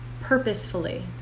purposefully